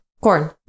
corn